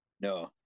No